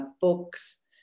books